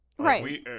Right